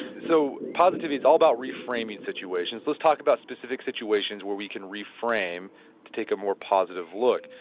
so positive is all about reframing situations. let's talk about specific situations where we can reframe to take a more positive look.